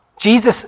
Jesus